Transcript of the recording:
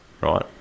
right